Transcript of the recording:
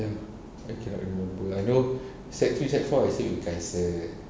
ya I cannot remember I know sec three sec four I sit with kaison